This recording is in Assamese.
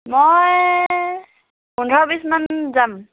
মই পোন্ধৰ বিছমানত যাম